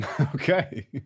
Okay